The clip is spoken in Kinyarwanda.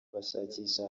bashakisha